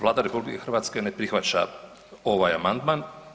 Vlada RH ne prihvaća ovaj amandman.